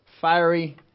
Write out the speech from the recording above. fiery